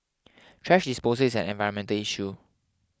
thrash disposal is an environmental issue